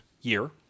year